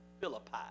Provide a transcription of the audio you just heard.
Philippi